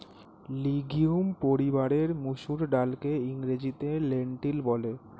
legume পরিবারের মুসুর ডালকে ইংরেজিতে লেন্টিল বলে